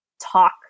talk